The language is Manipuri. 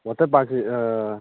ꯋꯥꯇꯔ ꯄꯥꯔꯛꯁꯤ